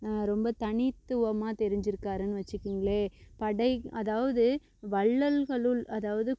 ரொம்ப தனித்துவமாக தெரிஞ்சிருக்காருன்னு வச்சிக்கோங்களேன் படை அதாவது வள்ளல்களுள் அதாவது